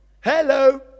hello